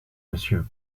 monsieur